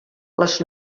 les